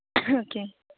okay